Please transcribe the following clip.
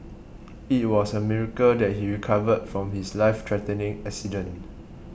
it was a miracle that he recovered from his life threatening accident